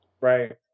Right